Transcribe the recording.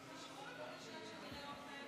חבריי חברי הכנסת,